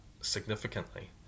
significantly